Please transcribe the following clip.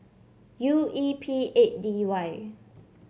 U E P eight D Y